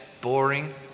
boring